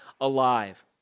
alive